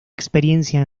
experiencia